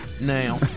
now